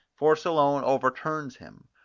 force alone overturns him.